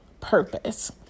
purpose